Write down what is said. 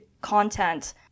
content